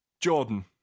Jordan